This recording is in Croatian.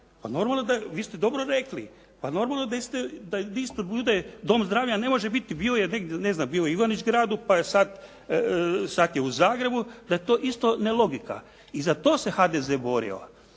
Pa normalno, vi ste dobro rekli, pa normalno da isto bude, dom zdravlja ne može biti, bio je negdje u Ivanić gradu pa je sad u Zagrebu, da je to isto nelogika. I za to se HDZ borio.